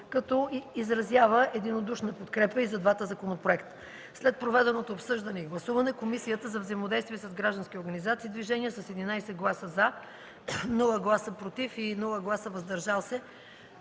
като изразява единодушна подкрепа и за двата законопроекта. След проведеното обсъждане и гласуване Комисията за взаимодействие с граждански организации и движения, с 11 гласа „за”, без „против” и „въздържали